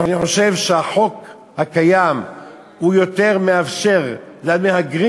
אני חושב שהחוק הקיים מאפשר למהגרים